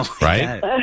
Right